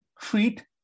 treat